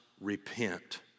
repent